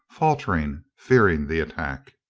faltering, fearing the attack.